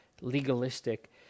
legalistic